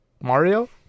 Mario